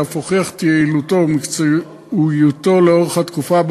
שאף הוכיח את יעילותו ומקצועיותו לאורך התקופה שבה